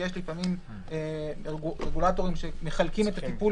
שיש לפעמים רגולטורים שמחלקים את הטיפול